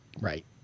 Right